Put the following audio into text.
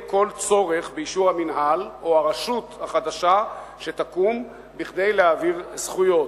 כל צורך באישור המינהל או הרשות החדשה שתקום כדי להעביר זכויות.